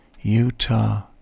Utah